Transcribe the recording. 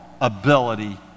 ability